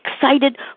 excited